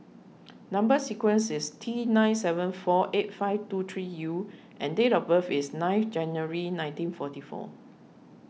Number Sequence is T nine seven four eight five two three U and date of birth is ninth January nineteen forty four